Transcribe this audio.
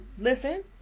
listen